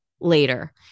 later